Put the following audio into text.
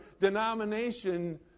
denomination